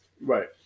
right